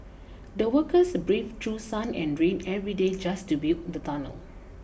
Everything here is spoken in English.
the workers braved through sun and rain every day just to build the tunnel